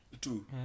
Two